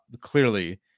clearly